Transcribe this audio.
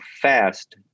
fast